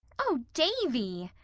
oh, davy!